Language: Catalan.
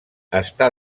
està